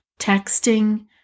texting